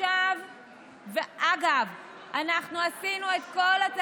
מה עם